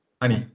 Honey